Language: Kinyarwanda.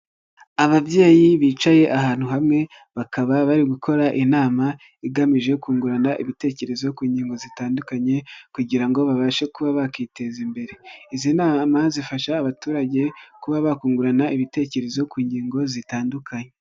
Ababyeyi bicaye ahantu hamwe bakaba bari gukora inama igamije kungurana ibitekerezo ku ngingo zitandukanye kugira ngo babashe kuba bakiteza imbere, izi nama zifasha abaturage kuba bakungurana ibitekerezo ku ngingo zitandukanye.